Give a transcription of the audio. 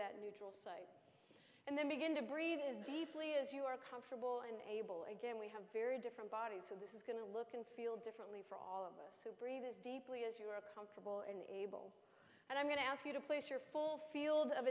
that neutral and then begin to breathe as deeply as you are comfortable and able again we have very different bodies so this is going to look and feel differently for all of us who breathes deeply as you are comfortable in eve and i'm going to ask you to place your full field of